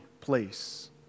place